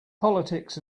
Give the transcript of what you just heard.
politics